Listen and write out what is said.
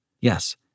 Yes